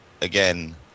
again